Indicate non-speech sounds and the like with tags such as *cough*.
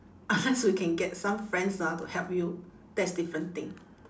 *laughs* so we can get some friends lah to help you that's different thing